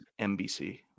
NBC